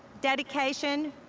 dedication,